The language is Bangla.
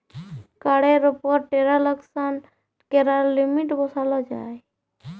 কাড়ের উপর টেরাল্সাকশন ক্যরার লিমিট বসাল যায়